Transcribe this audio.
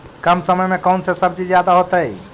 कम समय में कौन से सब्जी ज्यादा होतेई?